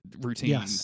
routine